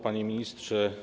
Panie Ministrze!